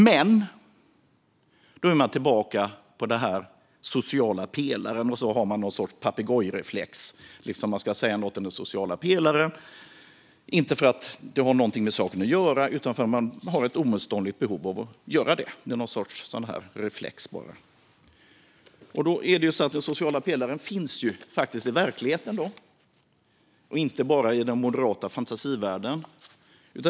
Men då är man tillbaka vid den sociala pelaren och har någon sorts pagegojreflex och ska säga något om den sociala pelaren, inte för att det har något med saken att göra utan för att man har ett oemotståndligt behov av att göra det. Det är någon sorts reflex bara. Den sociala pelaren finns ju faktiskt i verkligheten och inte bara i den moderata fantasivärlden.